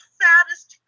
saddest